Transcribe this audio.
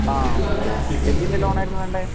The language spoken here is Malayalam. ഓക്കെ എന്തിൻ്റെ ലോൺ ആയിരുന്നു വേണ്ടത്